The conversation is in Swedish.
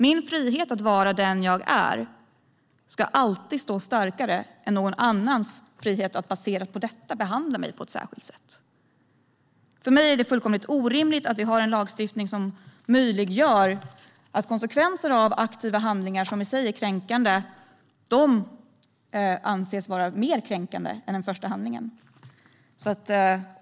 Min frihet att vara den jag är ska alltid stå starkare än någon annans frihet att baserat på detta behandla mig på ett särskilt sätt. För mig är det fullkomligt orimligt att vi har en lagstiftning som möjliggör att konsekvenserna av aktiva handlingar som i sig är kränkande anses mer kränkande än den första handlingen.